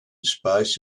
space